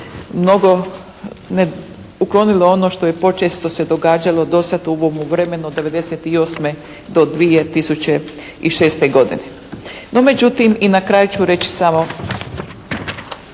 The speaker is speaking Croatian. način se uklonilo ono što je počesto se događalo do sad, u ovomu vremenu od '98. do 2006. godine. No, međutim i na kraju ću reći samo,